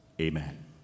Amen